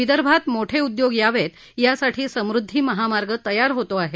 विदर्भात मोठे उद्योग यावेत यासाठी समृद्धी महामार्ग तयार होतो आहे